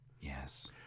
yes